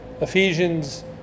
Ephesians